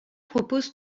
propose